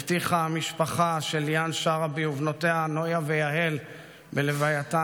הבטיחה המשפחה של ליאן שרעבי ובנותיה נויה ויהל בלווייתן.